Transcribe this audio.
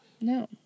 No